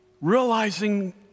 realizing